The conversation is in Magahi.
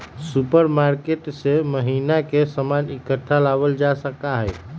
सुपरमार्केट से महीना के सामान इकट्ठा लावल जा सका हई